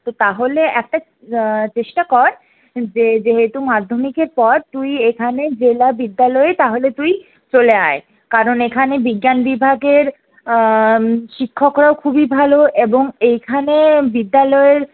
তো তাহলে একটা চেষ্টা কর যে যেহেতু মাধ্যমিকের পর তুই এখানে জেলা বিদ্যালয়ে তাহলে তুই চলে আয় কারণ এখানে বিজ্ঞান বিভাগের শিক্ষকরা খুবই ভালো এবং এইখানে বিদ্যালয়ের